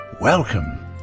Welcome